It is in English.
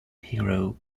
hero